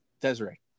Desiree